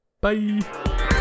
Bye